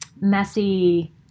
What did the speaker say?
messy